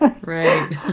Right